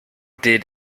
did